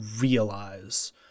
realize